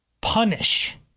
punish